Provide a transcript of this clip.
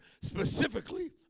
specifically